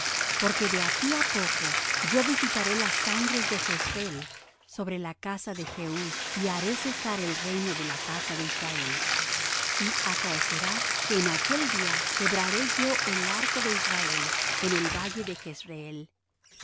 porque de aquí á poco yo visitaré las sangres de jezreel sobre la casa de jehú y haré cesar el reino de la casa de israel y acaecerá que en aquel día quebraré yo el arco de israel en el valle de jezreel